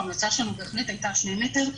ההמלצה שלנו בהחלט הייתה על שני מטר,